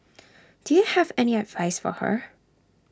do you have any advice for her